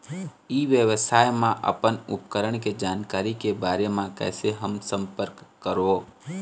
ई व्यवसाय मा अपन उपकरण के जानकारी के बारे मा कैसे हम संपर्क करवो?